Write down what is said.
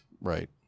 Right